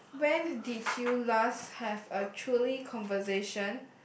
when did you last have a truly conversation